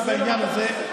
בעניין הזה.